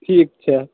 ठीक छै